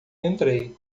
entrei